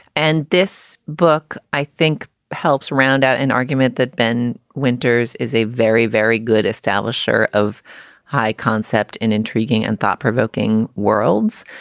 and this book, i think, helps round out an argument that ben winters is a very, very good established share of high concept and intriguing and thought provoking worlds.